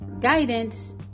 guidance